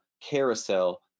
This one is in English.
carousel